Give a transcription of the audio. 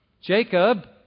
Jacob